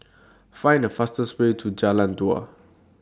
Find The fastest Way to Jalan Dua